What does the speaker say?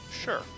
Sure